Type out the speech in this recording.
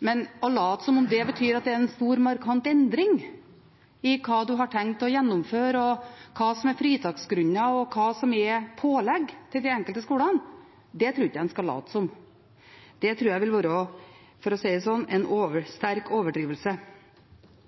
men en skal ikke late som om det er en stor og markant endring av hva man har tenkt å gjennomføre, hva som er fritaksgrunner, og hva som er pålegg for de enkelte skolene. Det tror jeg ville være en sterk overdrivelse. Senterpartiet mener at det er positivt med skolegudstjeneste. Vi ønsker å